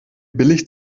billig